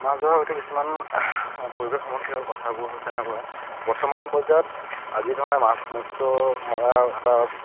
মাছ ধৰাৰ আগতে কিছুমান পৰিৱেশ সম্বন্ধীয় কথাবোৰ হৈছে এনেকুৱা বৰ্তমান পৰ্যায়ত যি ধৰণে মাছ মৎস মৰা এটা